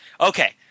Okay